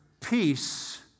peace